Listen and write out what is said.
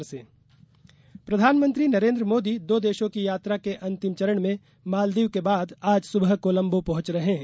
कोलम्बो दौरा प्रधानमंत्री नरेन्द्र मोदी दो देशों की यात्रा के अंतिम चरण में मालदीव के बाद आज सुबह कोलम्बो पहुंच रहे हैं